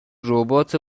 ربات